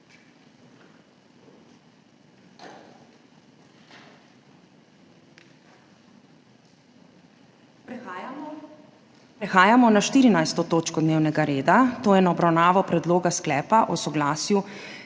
**prekinjeno 14. točko dnevnega reda, to je z obravnavo Predloga sklepa o soglasju